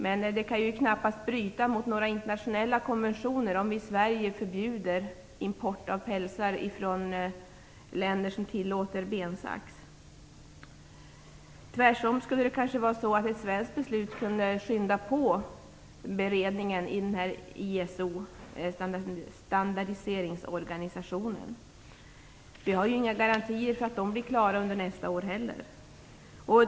Men det kan knappast bryta mot några internationella konventioner om Sverige förbjuder import av pälsar från länder som tillåter bensax. Tvärtom skulle det kanske vara så att ett svenskt beslut kunde skynda på beredningen i den internationella standardiseringsorganisationen, ISO. Det finns ju inga garantier att ISO blir klar under nästa år heller.